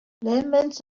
lemons